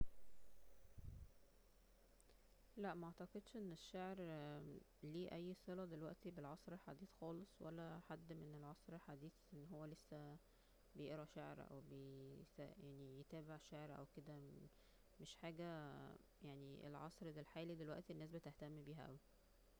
لا معتقدش أن الشعر لي اي صلة دلوقتي بالعصر الحديث خالص ولا حد من العصر الحديث أن هو لسه بيقرا شعر او بيت يعني يتابع شعر او كده مش حاجة في العصر الحالي دلوقتي الناس بتهتم بيها اوي